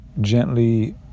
gently